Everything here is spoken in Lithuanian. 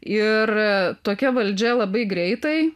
ir tokia valdžia labai greitai